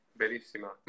bellissima